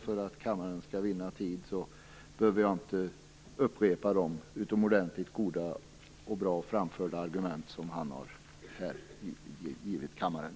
För att kammaren skall vinna tid behöver jag inte upprepa de utomordentligt goda och bra framförda argument som han har givit kammaren.